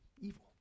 evil